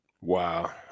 Wow